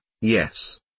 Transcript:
yes